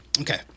okay